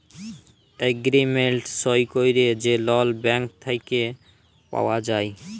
agreement সই ক্যইরে যে লল ব্যাংক থ্যাইকে পাউয়া যায়